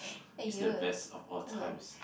is the best of all times